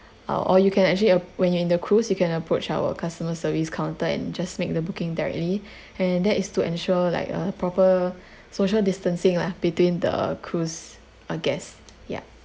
err or you can actually ap~ when you're in the cruise you can approach our customer service counter and just make the booking directly and that is to ensure like a proper social distancing lah between the cruise uh guest yeah